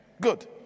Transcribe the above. Good